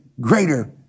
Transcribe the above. greater